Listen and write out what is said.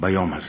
ביום הזה.